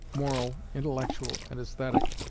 moral, intellectual, and aesthetic,